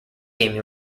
gaming